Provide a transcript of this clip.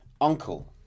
Uncle